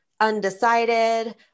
undecided